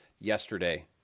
yesterday